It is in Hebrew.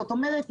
זאת אומרת,